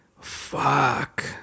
Fuck